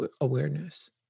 awareness